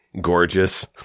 Gorgeous